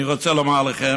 אני רוצה לומר לכם